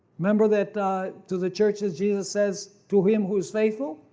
remember that to the churches jesus says to him who is faithful.